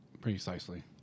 Precisely